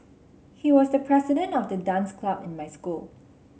he was the president of the dance club in my school